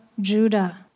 Judah